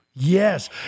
yes